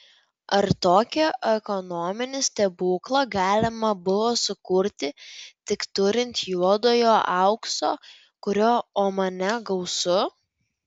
ar tokį ekonominį stebuklą galima buvo sukurti tik turint juodojo aukso kurio omane gausu